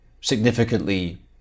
significantly